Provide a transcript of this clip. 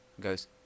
goes